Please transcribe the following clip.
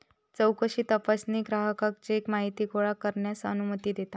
चौकशी तपासणी ग्राहकाक चेक माहिती गोळा करण्यास अनुमती देता